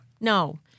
no